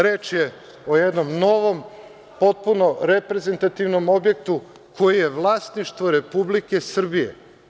Reč je o jednom novom potpuno reprezentativnom objektu koji je vlasništvo Republike Srbije.